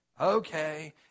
Okay